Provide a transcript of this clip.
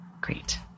Great